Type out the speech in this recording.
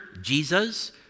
Jesus